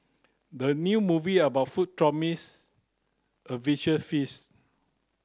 the new movie about food promise a visual feast